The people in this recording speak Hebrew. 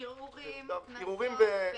ערעורים, קנסות?